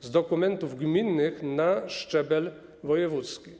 z dokumentów gminnych na szczebel wojewódzki.